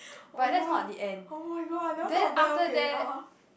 oh ya oh my god I never thought of that okay (uh huh)